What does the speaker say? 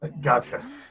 Gotcha